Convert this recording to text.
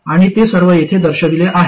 आणि ते सर्व येथे दर्शविले आहेत